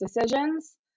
decisions